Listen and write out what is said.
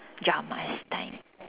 dramas time